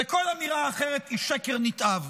וכל אמירה אחרת היא שקר נתעב.